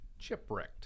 chipwrecked